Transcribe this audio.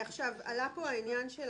אתם מעדיפים את המילה "ככלל"?